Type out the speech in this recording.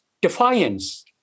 defiance